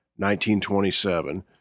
1927